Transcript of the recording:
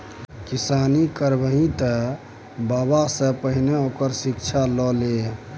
किसानी करबही तँ बबासँ पहिने ओकर शिक्षा ल लए